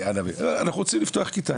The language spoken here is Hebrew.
אנחנו רוצים לפתוח כיתה.